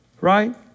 Right